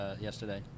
yesterday